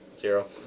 Zero